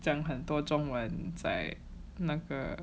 zeng 很多中文在那个